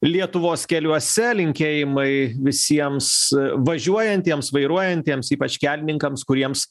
lietuvos keliuose linkėjimai visiems važiuojantiems vairuojantiems ypač kelininkams kuriems